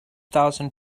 thousand